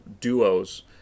duos